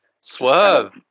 Swerve